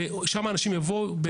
ולשם אנשים יבואו,